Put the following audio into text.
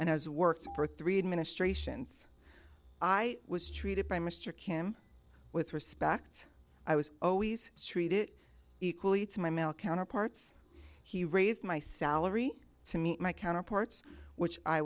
has worked for three administrations i was treated by mr kim with respect i was always treated equally to my male counterparts he raised my salary to meet my counterparts which i